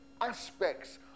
aspects